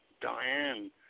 Diane